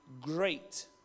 great